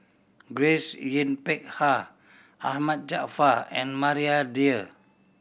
Grace Yin Peck Ha Ahmad Jaafar and Maria Dyer